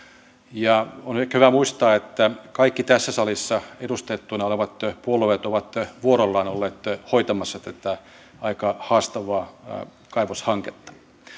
ja on ehkä hyvä muistaa että kaikki tässä salissa edustettuina olevat puolueet ovat vuorollaan olleet hoitamassa tätä aika haastavaa kaivoshanketta